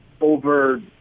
over